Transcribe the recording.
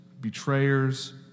betrayers